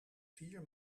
vier